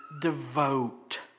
devote